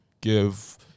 give